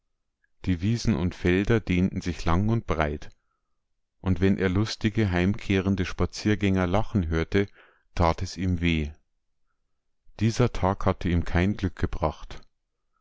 die wiesen und felder dehnten sich lang und breit und wenn er lustige heimkehrende spaziergänger lachen hörte tat es ihm weh dieser tag hatte ihm kein glück gebracht